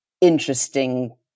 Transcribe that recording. interesting